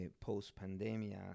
post-pandemia